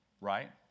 right